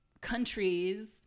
countries